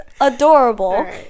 adorable